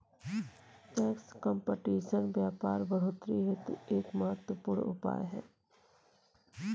tax competition व्यापार बढ़ोतरी हेतु एक महत्वपूर्ण उपाय है